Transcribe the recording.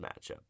matchup